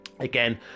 Again